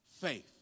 faith